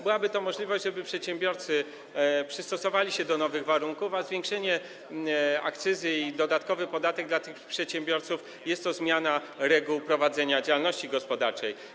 Byłaby wtedy możliwość, żeby przedsiębiorcy przystosowali się do nowych warunków, bo zwiększenie akcyzy i dodatkowy podatek dla tych przedsiębiorców jest zmianą reguł prowadzenia działalności gospodarczej.